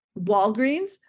Walgreens